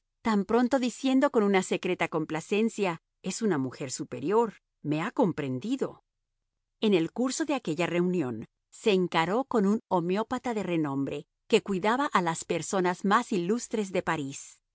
tan pronto diciendo con una secreta complacencia es una mujer superior me ha comprendido en el curso de aquella reunión se encaró con un homeópata de renombre que cuidaba a las personas más ilustres de parís